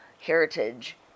heritage